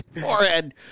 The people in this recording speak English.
forehead